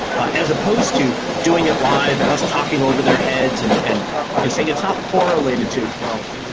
as supposed to doing it live and us talking over their heads and and you're saying, it's not correlated to. well,